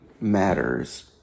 matters